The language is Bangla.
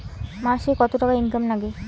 মাসে কত টাকা ইনকাম নাগে?